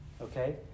Okay